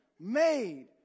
made